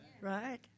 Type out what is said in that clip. Right